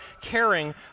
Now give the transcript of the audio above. caring